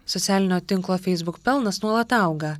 socialinio tinklo facebook pelnas nuolat auga